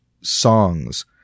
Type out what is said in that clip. songs